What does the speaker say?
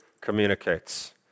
communicates